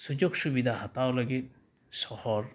ᱥᱩᱡᱳᱜᱽ ᱥᱩᱵᱤᱫᱷᱟ ᱦᱟᱛᱟᱣ ᱞᱟᱹᱜᱤᱫ ᱥᱚᱦᱚᱨ